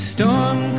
Storm